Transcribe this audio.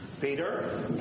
Peter